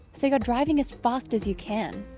so you're driving as fast as you can.